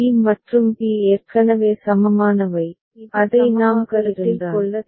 b மற்றும் b ஏற்கனவே சமமானவை அதை நாம் கருத்தில் கொள்ள தேவையில்லை